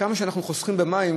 שכמה שאנחנו חוסכים במים,